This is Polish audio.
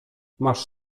masz